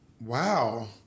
wow